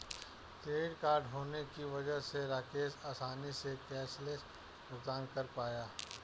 credit card होने की वजह से राकेश आसानी से कैशलैस भुगतान कर पाया